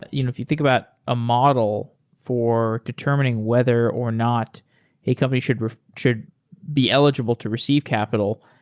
ah you know if you think about a model for determining whether or not a company should should be eligible to receive capital,